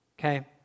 okay